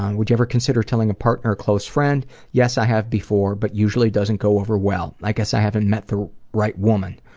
would you ever consider telling a partner or close friend yes i have before, but usually doesn't go over well. i guess i haven't met the right woman,